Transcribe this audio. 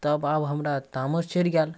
तब आब हमरा तामस चढ़ि गेल